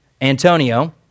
Antonio